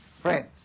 Friends